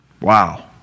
Wow